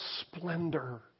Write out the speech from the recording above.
splendor